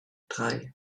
drei